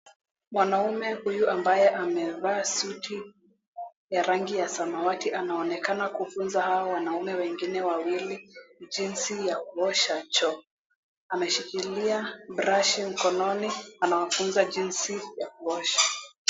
Mwanamume huyu ambaye amevaa suti ya rangi ya samawati anaonekana kufunza hawa wanaume wengine wawili jinsi ya kuosha choo. Ameshikilia brashi mkononi anawafunza jinsi ya kuosha.